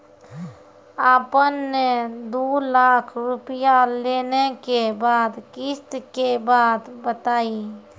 आपन ने दू लाख रुपिया लेने के बाद किस्त के बात बतायी?